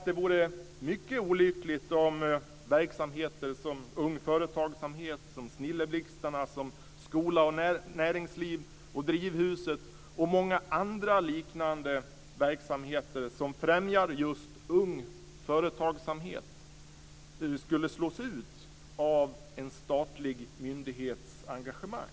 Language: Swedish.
Det vore mycket olyckligt om verksamheter som Ung Företagsamhet, Snilleblixtarna, Skola och näringsliv, Drivhuset och andra liknande verksamheter som främjar just ung företagsamhet skulle slås ut av en statlig myndighets engagemang.